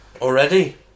Already